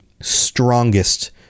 strongest